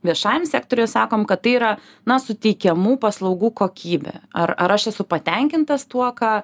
viešajam sektoriui sakom kad tai yra na suteikiamų paslaugų kokybė ar ar aš esu patenkintas tuo ką